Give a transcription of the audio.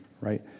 right